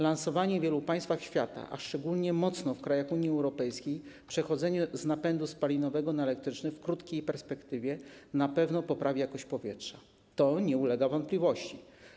Lansowane w wielu państwach świata, a szczególnie mocno w krajach Unii Europejskiej, przechodzenie z napędu spalinowego na elektryczny w krótkiej perspektywie na pewno poprawi jakość powietrza - to nie ulega wątpliwości.